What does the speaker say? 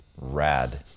Rad